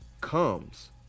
comes